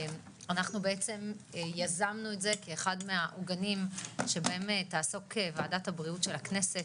אנחנו יזמנו את זה כאחד מהעוגנים שבהם תעסוק ועדת הבריאות של הכנסת,